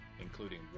including